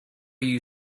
you